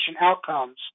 outcomes